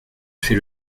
fait